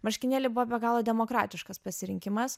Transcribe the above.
marškinėliai buvo be galo demokratiškas pasirinkimas